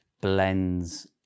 blends